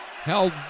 Held